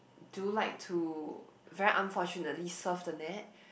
do like to very unfortunately surf the net